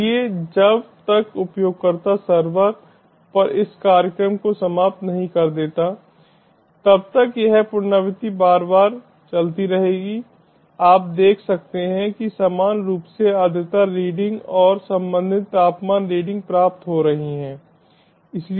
इसलिए जब तक उपयोगकर्ता सर्वर पर इस कार्यक्रम को समाप्त नहीं कर देता तब तक यह पुनरावृत्ति बार बार चलती रहेगी आप देख सकते हैं कि समान रूप से आर्द्रता रीडिंग और संबंधित तापमान रीडिंग प्राप्त हो रही है